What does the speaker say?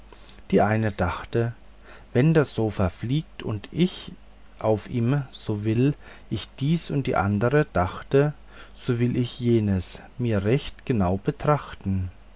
die eine dachte wenn das sofa fliegt und ich auf ihm so will ich dies und die andere dachte so will ich jenes mir recht genau betrachten